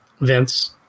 Vince